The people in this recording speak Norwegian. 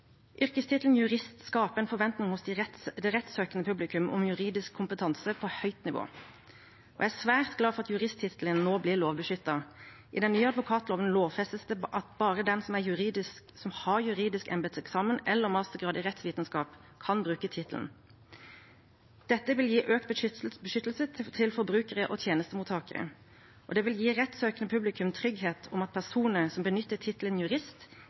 Yrkestittelen jurist skaper en forventning hos det rettssøkende publikum om juridisk kompetanse på høyt nivå, og jeg er svært glad for at juristtittelen nå blir lovbeskyttet. I den nye advokatloven lovfestes det at bare den som har juridisk embetseksamen eller mastergrad i rettsvitenskap, kan bruke tittelen. Dette vil gi økt beskyttelse til forbrukere og tjenestemottakere, og det vil gi rettssøkende publikum trygghet om at personer som benytter tittelen jurist,